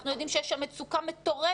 אנחנו יודעים שיש שם מצוקה מטורפת.